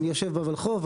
אני יושב בוולחו"ף,